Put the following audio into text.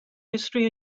history